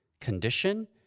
Condition